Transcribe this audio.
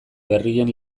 berrien